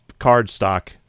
cardstock